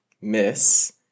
Miss